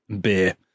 beer